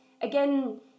again